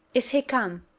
is he come?